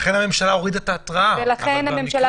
לכן הממשלה הורידה את ההתראה במסכות.